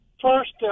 First